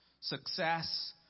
success